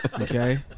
Okay